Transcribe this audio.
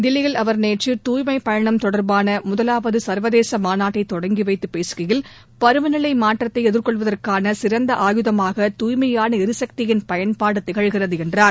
தில்லியில் அவர் நேற்று தூய்மைப் பயணம் தொடர்பான முதலாவது சர்வதேச மாநாட்டை தொடங்கி வைத்துப் பேசுகையில் பருவநிலை மாற்றத்தை எதிர்கொள்வதற்கான சிறந்த ஆயுதமாக தூய்மையான எரிசக்தியின் பயன்பாடு திகழ்கிறது என்றார்